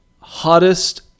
hottest